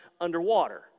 underwater